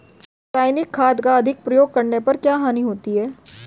रासायनिक खाद का अधिक प्रयोग करने पर क्या हानि होती है?